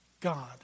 God